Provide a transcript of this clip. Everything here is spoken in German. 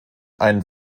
einen